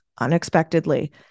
unexpectedly